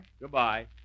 Goodbye